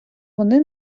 вони